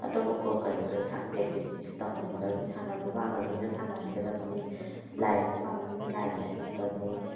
ꯑꯇꯣꯞꯄ co-curricular ꯑꯦꯛꯇꯤꯚꯤꯇꯤꯁꯁꯦ ꯇꯧꯍꯟꯒꯗꯝꯅꯤ ꯁꯥꯟꯅꯕ ꯄꯥꯝꯕ ꯃꯤꯅ ꯁꯥꯟꯅꯍꯟꯒꯗꯝꯅꯤ ꯂꯥꯏ ꯌꯦꯛꯄ ꯄꯥꯝꯕ ꯃꯤꯅ ꯂꯥꯏ ꯌꯦꯛꯍꯟꯒꯗꯝꯅꯤ